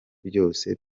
byose